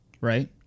Right